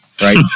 right